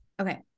Okay